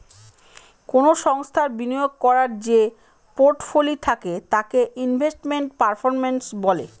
কোনো সংস্থার বিনিয়োগ করার যে পোর্টফোলি থাকে তাকে ইনভেস্টমেন্ট পারফরম্যান্স বলে